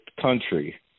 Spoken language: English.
country